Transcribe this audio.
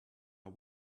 are